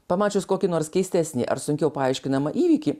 pamačius kokį nors keistesnį ar sunkiau paaiškinamą įvykį